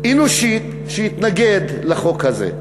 אנושית, שיתנגד לחוק הזה.